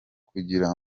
kugira